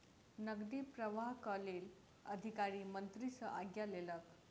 नकदी प्रवाहक लेल अधिकारी मंत्री सॅ आज्ञा लेलक